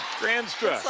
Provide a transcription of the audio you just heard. granstra.